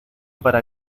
para